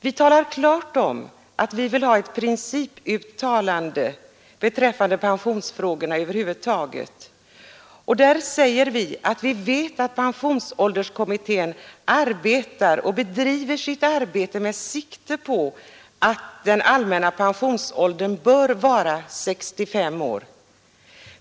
Vi talar klart om att vi vill ha ett principuttalande beträffande pensionsfrågorna över huvud taget och att vi vet att pensionsålderskommittén bedriver sitt arbete med sikte på att den allmänna pensionsåldern bör vara 65 år.